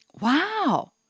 Wow